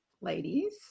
ladies